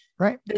right